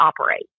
operate